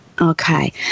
Okay